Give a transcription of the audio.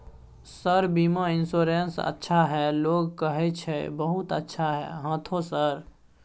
Sir बीमा insurance अच्छा है लोग कहै छै बहुत अच्छा है हाँथो सर?